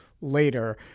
later